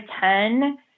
ten